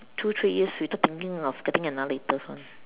two three years without thinking of getting another latest one